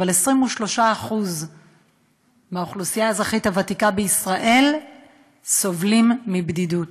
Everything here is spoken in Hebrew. אבל 23% מהאוכלוסייה האזרחית הוותיקה בישראל סובלים מבדידות.